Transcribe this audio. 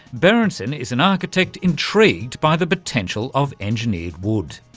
berensson is an architect intrigued by the potential of engineered wood.